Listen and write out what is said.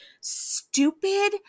stupid